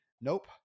Nope